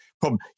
problem